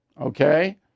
okay